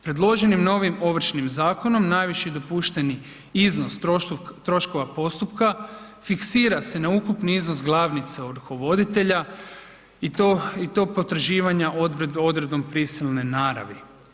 Predloženim novim Ovršnim zakonom, najviše dopušteni iznos troškova postupka, fiksira se na ukupni iznos glavnice ovrhovoditelja i to potraživanja odredbom prisilne naravi.